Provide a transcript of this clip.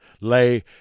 lay